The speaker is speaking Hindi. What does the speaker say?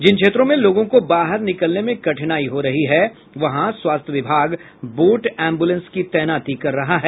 जिन क्षेत्रों में लोगों को बाहर निकालने में कठिनाई हो रही है वहां स्वास्थ्य विभाग बोट एम्बुलेंस की तैनाती कर रहा है